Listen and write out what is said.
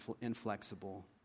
inflexible